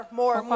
more